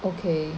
okay